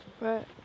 Right